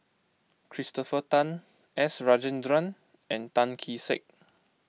Christopher Tan S Rajendran and Tan Kee Sek